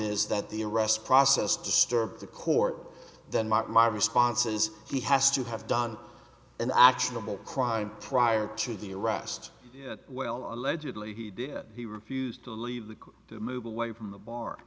is that the arrest process disturb the court then mark my responses he has to have done an actionable crime prior to the arrest well allegedly he did he refused to leave to move away from the bar